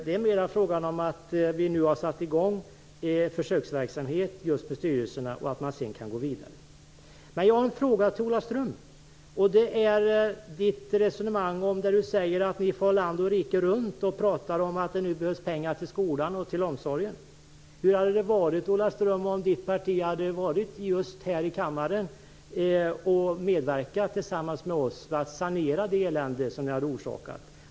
Det är mera frågan om att vi nu har satt i gång en försöksverksamhet med styrelserna. Sedan kan man gå vidare. Jag har en fråga till Ola Ström. Ni säger att ni far land och rike runt och talar om att det behövs pengar till skolan och omsorgen. Hur hade det varit om Ola Ströms parti hade medverkat tillsammans med oss till att sanera det elände som ni hade orsakat?